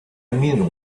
mean